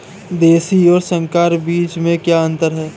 देशी और संकर बीज में क्या अंतर है?